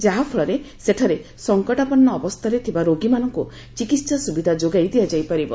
ଯାହାଫଳରେ ସେଠାରେ ସଙ୍କଟାପନ୍ନ ଅବସ୍ଥାରେ ଥିବା ରୋଗୀମାନଙ୍କୁ ଚିକିତ୍ସା ସୁବିଧା ଯୋଗାଇ ଦିଆଯାଇପରିବ